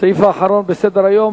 הסעיף האחרון בסדר-היום,